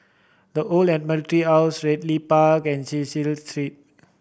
The Old Admiralty House Ridley Park and Cecil Street